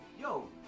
yo